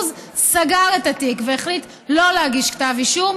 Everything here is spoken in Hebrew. סגר את התיק והחליט שלא להגיש כתב אישום,